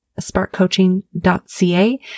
sparkcoaching.ca